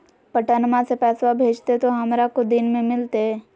पटनमा से पैसबा भेजते तो हमारा को दिन मे मिलते?